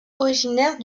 originaire